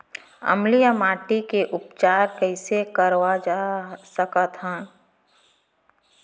अम्लीय माटी के उपचार कइसे करवा सकत हव?